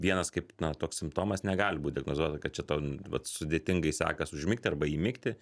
vienas kaip na toks simptomas negali būt diagnozuota kad čia tau vat sudėtingai sekas užmigti arba įmigti